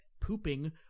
pooping